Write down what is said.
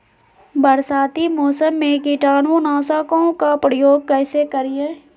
बरसाती मौसम में कीटाणु नाशक ओं का प्रयोग कैसे करिये?